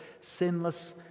sinless